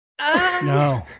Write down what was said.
No